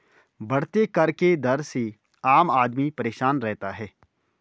बढ़ते कर के दर से आम आदमी परेशान रहता है